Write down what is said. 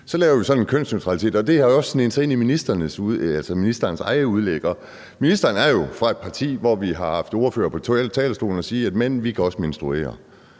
så laver vi sådan noget kønsneutralitet. Det har også sneget sig ind i ministerens egne indlæg, og ministeren er jo fra et parti, hvorfra vi har haft ordførere på talerstolen og sige, at mænd også kan menstruere.